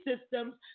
systems